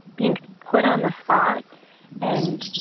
being put on the spot and,